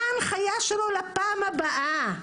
מה ההנחיה שלו לפעם הבאה?